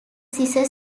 scissor